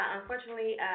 unfortunately